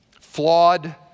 Flawed